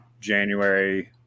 January